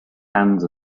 hands